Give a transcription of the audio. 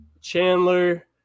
Chandler